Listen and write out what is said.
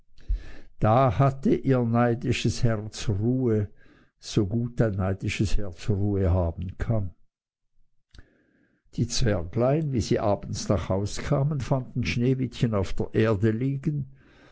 da hatte ihr neidisches herz ruhe so gut ein neidisches herz ruhe haben kann die zwerglein wie sie abends nach haus kamen fanden sneewittchen auf der erde liegen